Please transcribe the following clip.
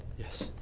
yes.